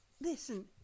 Listen